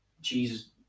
Jesus